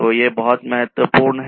तो ये बहुत महत्वपूर्ण हैं